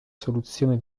soluzione